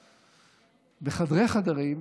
בחדרי-חדרים,